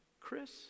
Chris